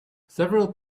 several